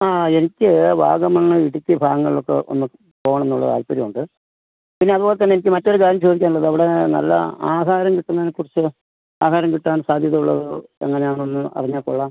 ആ എനിക്ക് വാഗമണ്ണ് ഇടുക്കി ഭാഗങ്ങളിലൊക്കെ ഒന്ന് പോകണമെന്നുള്ള താൽപ്പര്യം ഉണ്ട് പിന്നെ അതുപോലെ തന്നെ എനിക്ക് മറ്റൊരു കാര്യം ചോദിക്കാനുള്ളത് അവിടെ നല്ല ആഹാരം കിട്ടുന്നതിനെ കുറിച്ച് ആഹാരം കിട്ടാൻ സാധ്യത ഉള്ള എങ്ങനെയാണെന്ന് അറിഞ്ഞാൽ കൊള്ളാം